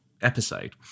episode